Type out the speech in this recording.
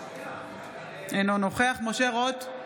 אינו נוכח משה רוט,